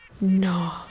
no